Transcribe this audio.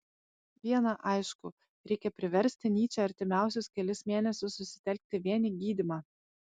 viena aišku reikia priversti nyčę artimiausius kelis mėnesius susitelkti vien į gydymą